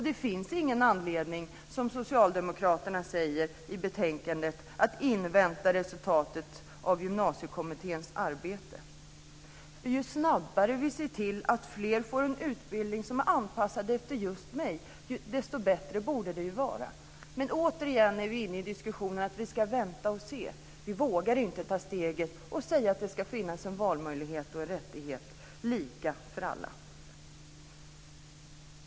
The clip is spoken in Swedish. Det finns ingen anledning, som Socialdemokraterna säger i betänkandet, att invänta resultatet av Gymnasiekommitténs arbete. Ju snabbare vi ser till att fler får en utbildning som är anpassad efter just en själv, desto bättre borde det vara. Men återigen är vi inne i en diskussion om att vi ska vänta och se, vi vågar inte ta steget och säga att det ska finnas en valmöjlighet och en rättighet lika för alla.